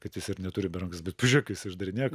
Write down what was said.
kad jis ir neturi be rankos bet pažiūrėk ką jis išdarinėja